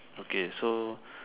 okay so